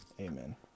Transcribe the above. Amen